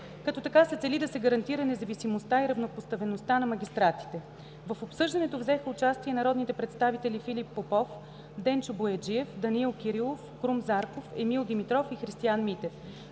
като така се цели да се гарантира независимостта и равнопоставеността на магистратите. В обсъждането взеха участие народните представители Филип Попов, Денчо Бояджиев, Данаил Кирилов, Крум Зарков, Емил Димитров и Христиан Митев.